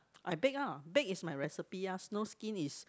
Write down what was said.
I bake ah bake is my recipe ah snowskin is